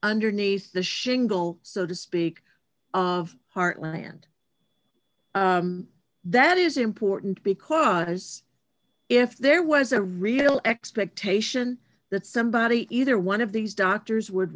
underneath the shingle so to speak of heartland that is important because if there was a real expectation that somebody either one of these doctors would